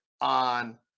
on